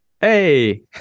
Hey